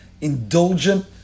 indulgent